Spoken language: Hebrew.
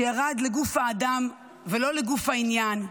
שירד לגוף האדם ולא לגוף העניין,